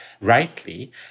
rightly